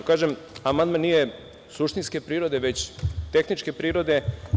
Amandman nije suštinske prirode, već tehničke prirode.